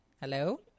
Hello